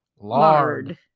lard